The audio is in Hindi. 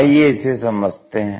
आइए इसे समझते हैं